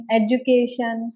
education